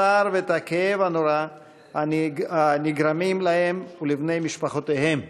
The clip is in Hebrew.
את הצער ואת הכאב הנורא הנגרמים להם ולבני משפחותיהם,